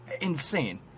insane